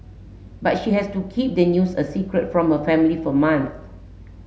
but she has to keep the news a secret from her family for month